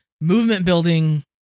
movement-building